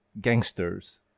gangsters